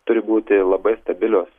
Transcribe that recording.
turi būti labai stabilios